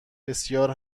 بسیار